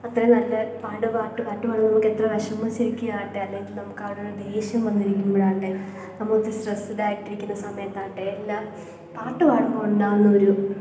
അത്രയും നല്ല പാട് പാട്ട് പാട്ട് പാടുമ്പോൾ നമുക്കെത്ര വിഷമിച്ചിരിക്കുകയാകട്ടെ അല്ലെങ്കിൽ നമുക്കാരോട് ദേഷ്യം വന്നിരിക്കുമ്പോഴാകട്ടെ നമുക്ക് സ്ട്രെസ്ടായിട്ടിരിക്കുന്ന സമയത്താകട്ടെ എല്ലാം പാട്ടു പാടുമ്പോൾ ഉണ്ടാകുന്ന ഒരു